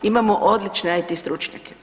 Imamo odlične IT stručnjake.